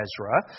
Ezra